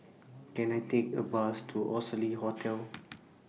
Can I Take A Bus to Oxley Hotel